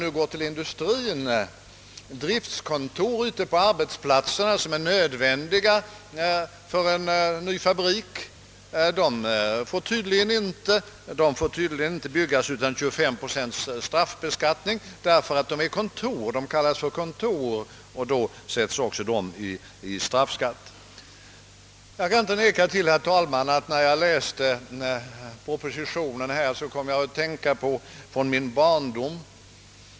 Det går så långt att driftskontor som är nödvändiga för en ny fabrik — för att ta ett exempel från industriens område — tydligen inte får byggas utan 25 procents straffbeskattning därför att de kallas kontor. Jag kan inte neka till, herr talman, att när jag läste propositionen kom jag att tänka på min barndom.